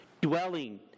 dwelling